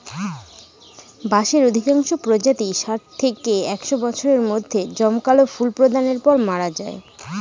বাঁশের অধিকাংশ প্রজাতিই ষাট থেকে একশ বছরের মধ্যে জমকালো ফুল প্রদানের পর মরে যায়